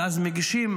ואז מגישים